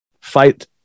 fight